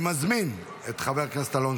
לא אושרה,